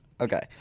Okay